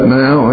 now